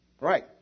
Right